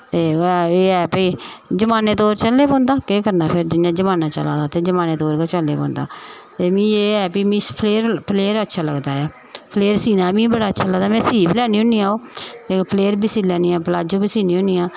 ते एह् ऐ भाई जमान्ने तौर चलने पौंदा केह् करना फिर जमान्ना चला दा ते जमान्ने दे तौर पर चलना पौंदा ते मिगी एह् ऐ भाई मिगी फ्लेयर अच्छा लगदा ऐ फ्लेयर सीना बी मिगी बड़ा अच्छा लगदा ऐ में सी बी लैन्नी होन्नी आं ओह् ते फ्लेयर बी सी लान्नी आं प्लाजो बी सीन्नी होन्नी आं